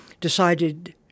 decided